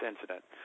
incident